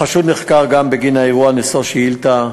החשוד נחקר גם בגין האירוע נשוא השאילתה,